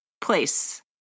place